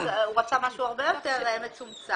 הוא רצה משהו הרבה יותר מצומצם.